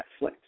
Netflix